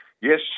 Yes